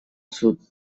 sud